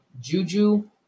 Juju